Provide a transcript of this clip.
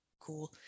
cool